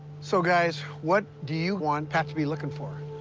so, guys, what do you want pat to be looking for?